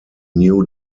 new